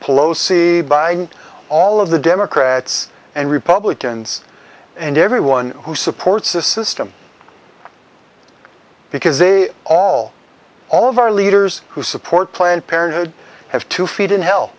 palosi by all of the democrats and republicans and everyone who supports this system because they all all of our leaders who support planned parenthood have to feed in hell